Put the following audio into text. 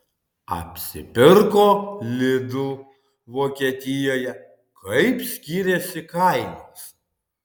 apsipirko lidl vokietijoje kaip skiriasi kainos